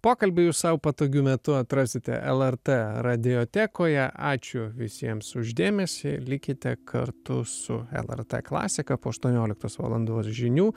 pokalbį jūs sau patogiu metu atrasite lrt radiotekoje ačiū visiems už dėmesį likite kartu su lrt klasika po aštuonioliktos valandos žinių